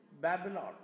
Babylon